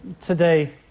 today